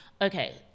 Okay